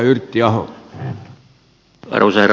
arvoisa herra puhemies